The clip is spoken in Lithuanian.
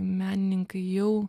menininkai jau